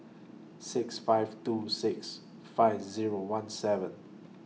six five two six five Zero one seven